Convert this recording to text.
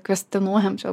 kvestionuojam čia